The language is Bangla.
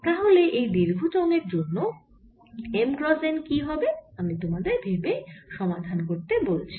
তাহলে এই দীর্ঘ চোঙের জন্য M ক্রস n কি হবে আমি তোমাদের ভেবে সমাধান করতে বলছি